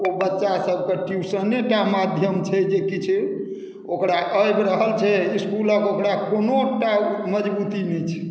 ओ बच्चाके ट्यूशनेटा माध्यम छै जे किछु ओकरा आबि रहल छै इसकुलक ओकरा कोनोटा मजबूती नहि छै